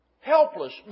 Helpless